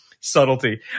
Subtlety